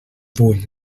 vull